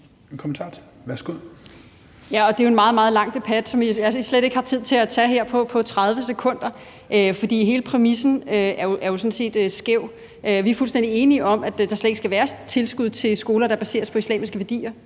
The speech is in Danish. (NB): Det er jo en meget, meget lang debat, som vi slet ikke har tid til at tage på 30 sekunder, for hele præmissen er sådan set skæv. Vi er fuldstændig enige om, at der slet ikke skal være tilskud til skoler, der er baseret på islamiske værdier.